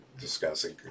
discussing